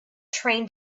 train